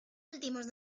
últimos